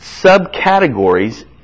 subcategories